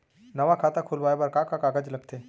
नवा खाता खुलवाए बर का का कागज लगथे?